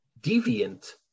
deviant